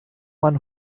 man